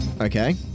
Okay